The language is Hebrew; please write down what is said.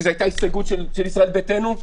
כי זו הייתה הסתייגות של ישראל ביתנו,